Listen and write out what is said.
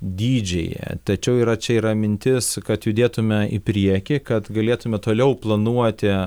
dydžiai tačiau yra čia yra mintis kad judėtume į priekį kad galėtume toliau planuoti